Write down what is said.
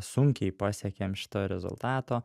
sunkiai pasiekiam šito rezultato